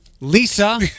Lisa